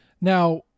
Now